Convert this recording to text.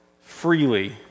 freely